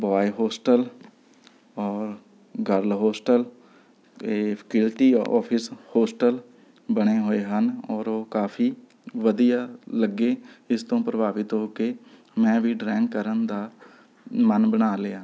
boy hostel ਔਰ girl hostel ਅਤੇ faculty office hostel ਬਣੇ ਹੋਏ ਹਨ ਔਰ ਉਹ ਕਾਫੀ ਵਧੀਆ ਲੱਗੀ ਇਸ ਤੋਂ ਪ੍ਰਭਾਵਿਤ ਹੋ ਕੇ ਮੈਂ ਵੀ ਡਰਾਇੰਗ ਕਰਨ ਦਾ ਮਨ ਬਣਾ ਲਿਆ